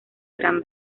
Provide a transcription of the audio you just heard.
gran